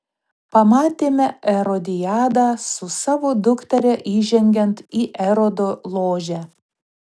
pamatėme erodiadą su savo dukteria įžengiant į erodo ložę